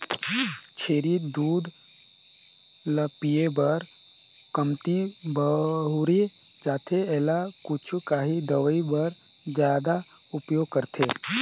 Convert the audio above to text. छेरी दूद ल पिए बर कमती बउरे जाथे एला कुछु काही दवई बर जादा उपयोग करथे